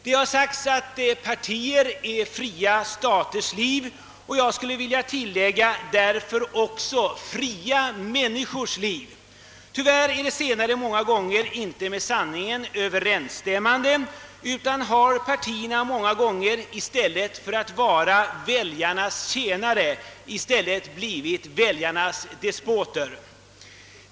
Det har sagts att partier är fria staters liv, och jag skulle vilja tillägga, att de därför också är fria människors liv. Tyvärr är det senare ofta inte med sanningen överensstämmande, utan partierna har många gånger i stället för att vara väljarnas tjänare blivit väljarnas despoter.